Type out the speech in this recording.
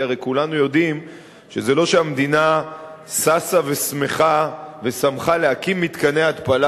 כי הרי כולנו יודעים שזה לא שהמדינה ששה ושמחה להקים מתקני התפלה,